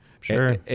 sure